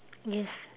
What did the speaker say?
yes